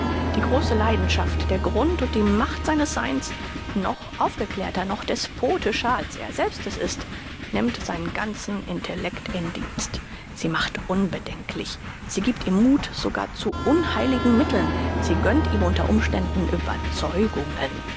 die große leidenschaft der grund und die macht seines seins noch aufgeklärter noch despotischer als er selbst es ist nimmt seinen ganzen intellekt in dienst sie macht unbedenklich sie giebt ihm muth sogar zu unheiligen mitteln sie gönnt ihm unter umständen überzeugungen